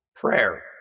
prayer